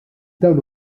dawn